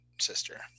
sister